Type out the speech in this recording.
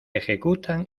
ejecutan